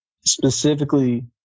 specifically